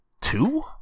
two